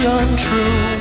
untrue